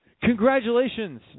Congratulations